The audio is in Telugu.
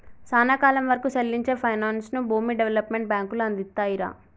సానా కాలం వరకూ సెల్లించే పైనాన్సుని భూమి డెవలప్మెంట్ బాంకులు అందిత్తాయిరా